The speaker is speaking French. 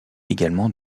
également